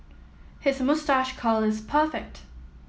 his moustache curl is perfect